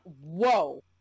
Whoa